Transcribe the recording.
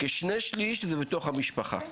כשני שליש זה בתוך המשפחה.